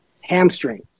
Hamstring